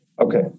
Okay